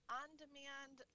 on-demand